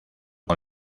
con